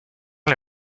les